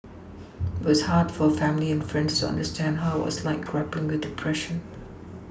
but it's hard for family and friends to understand how it was like grappling with depression